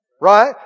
Right